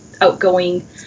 outgoing